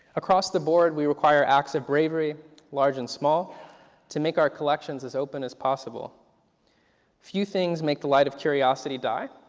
across the board we require acts of bravery large and small to make our collections as open as possible. a few things make the light of curiosity die.